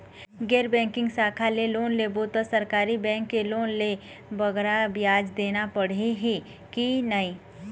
गैर बैंकिंग शाखा ले लोन लेबो ता सरकारी बैंक के लोन ले बगरा ब्याज देना पड़ही ही कि नहीं?